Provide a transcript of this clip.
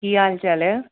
ਕੀ ਹਾਲ ਚਾਲ ਹੈ